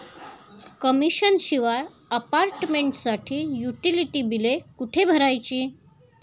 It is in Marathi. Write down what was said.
कमिशन शिवाय अपार्टमेंटसाठी युटिलिटी बिले कुठे भरायची?